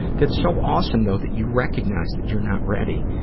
that's so awesome though that you recognize that you're not ready,